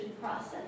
process